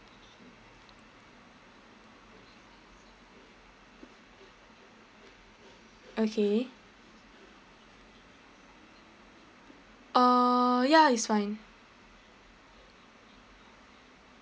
okay uh ya it's fine